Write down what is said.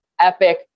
epic